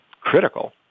critical